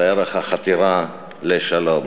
זה ערך החתירה לשלום.